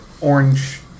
orange